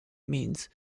means